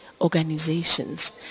organizations